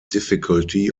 difficulty